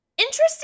Interesting